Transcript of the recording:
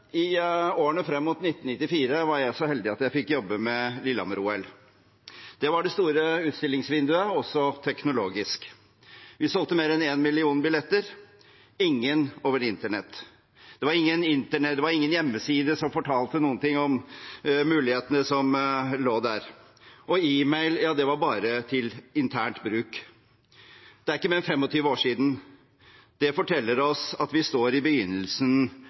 I årene frem mot 1994 var jeg så heldig å få jobbe med Lillehammer-OL. Det var det store utstillingsvinduet, også teknologisk. Vi solgte over én million billetter – ingen over internett. Det var ingen hjemmeside som fortalte noe om mulighetene som lå der, og e-mail var bare til internt bruk. Det er ikke mer enn 25 år siden. Det forteller oss at vi står i begynnelsen